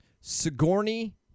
Sigourney